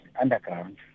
underground